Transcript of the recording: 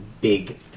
big